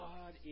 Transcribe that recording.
God